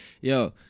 yo